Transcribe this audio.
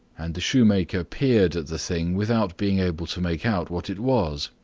and the shoemaker peered at the thing without being able to make out what it was.